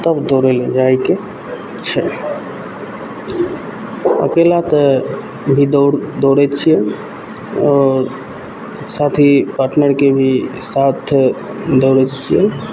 तब दौड़य लए जाइके छै अकेला तऽ भी दौड़ दौड़ैत छियै आओर साथी पार्टनरके भी साथे दौड़ैत छियै